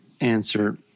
answer